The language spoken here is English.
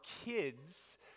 kids